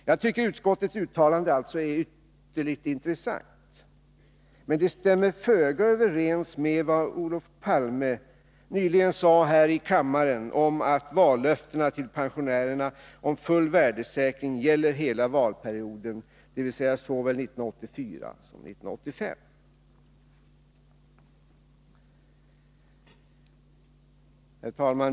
Jag tycker utskottets uttalande är ytterligt intressant, men det stämmer föga överens med vad Olof Palme nyligen sade här i kammaren om att vallöftena till pensionärerna om full värdesäkring gäller hela valperioden, dvs. såväl 1984 som 1985.